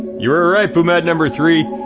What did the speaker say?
you were right, pumat number three.